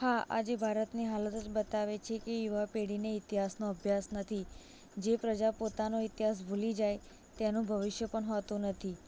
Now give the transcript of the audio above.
હા આજે ભારતની હાલત જ બતાવે છે કે યુવા પેઢીને ઇતિહાસનો અભ્યાસ નથી જે પ્રજા પોતાનો ઇતિહાસ ભૂલી જાય તેનું ભવિષ્ય પણ હોતું નથી